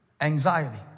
anxiety